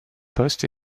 postes